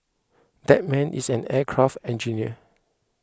that man is an aircraft engineer